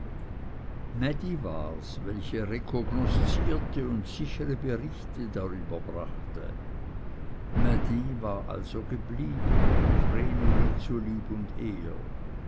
mädi wars welche rekognoszierte und sichere berichte darüber brachte mädi war also geblieben vreneli zu lieb und ehr